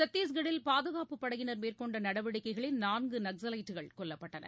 சத்தீஷ்கட்டில் பாதுகாப்பு படையினர் மேற்கொண்டநடவடிக்கைகளில் நான்குநக்ஸலைட்டுகள் சுட்டுக் கொல்லப்பட்டனர்